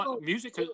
Music